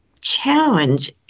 challenge